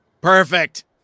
Perfect